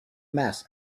mass